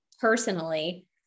personally